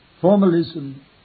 Formalism